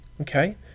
okay